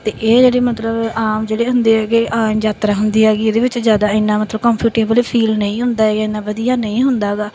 ਅਤੇ ਇਹ ਜਿਹੜੇ ਮਤਲਬ ਆਮ ਜਿਹੜੇ ਹੁੰਦੇ ਹੈਗੇ ਯਾਤਰਾ ਹੁੰਦੀ ਹੈਗੀ ਇਹਦੇ ਵਿੱਚ ਜ਼ਿਆਦਾ ਇੰਨਾ ਮਤਲਬ ਕੰਫਰਟੇਬਲ ਫੀਲ ਨਹੀਂ ਹੁੰਦਾ ਹੈਗਾ ਇੰਨਾ ਵਧੀਆ ਨਹੀਂ ਹੁੰਦਾ ਗਾ